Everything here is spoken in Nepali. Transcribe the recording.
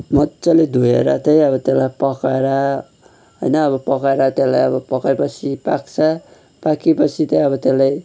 मजाले धोएर चाहिँ अब त्यसलाई पकाएर होइन अब पकाएर त्यसलाई अब पकाएपछि पाक्छ पाकेपछि चाहिँ अब त्यसलाई